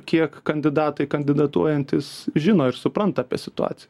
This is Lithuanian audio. kiek kandidatai kandidatuojantys žino ir supranta apie situaciją